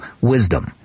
wisdom